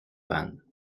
panne